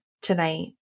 tonight